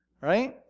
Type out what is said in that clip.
right